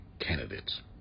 candidates